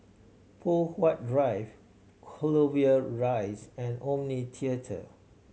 Poh Huat Drive Clover Rise and Omni Theatre